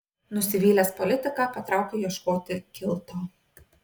nusivylęs politika patraukiu ieškoti kilto